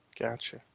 Gotcha